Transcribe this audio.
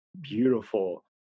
Beautiful